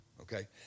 okay